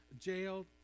jailed